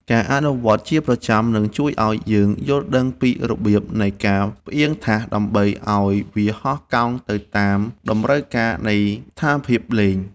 ការអនុវត្តជាប្រចាំនឹងជួយឱ្យយើងយល់ដឹងពីរបៀបនៃការផ្អៀងថាសដើម្បីឱ្យវាហោះកោងទៅតាមតម្រូវការនៃស្ថានភាពលេង។